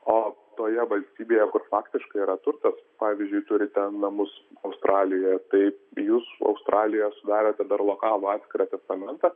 o toje valstybėje kur faktiškai yra turtas pavyzdžiui turite namus australijoje tai jūs australijoje sudarote dar lokalų atskirą testamentą